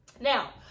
now